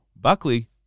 Buckley